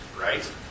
right